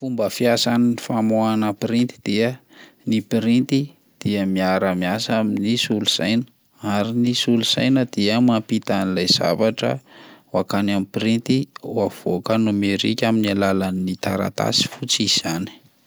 Fomba fiasan'ny famoahana printy dia: ny printy dia miara-miasa amin'ny solosaina, ary ny solosaina dia mampita an'ilay zavatra ho akany amin'ny printy ho avoaka nomerika amin'ny alalan'ny taratasy fotsy izany.